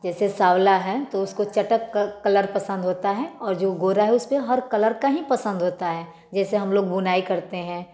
जैसे सांवला है तो उसको चटक कलर पसंद होता है और जो गोरा है उस पर हर कलर का ही पसंद होता है जैसे हम लोग बुनाई करते हैं